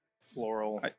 Floral